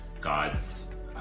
God's